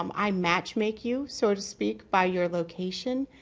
um i match make you so to speak by your location.